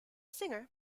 singer